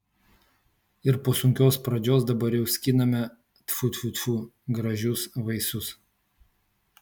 ir po sunkios pradžios dabar jau skiname tfu tfu tfu gražius vaisius